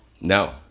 No